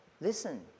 listen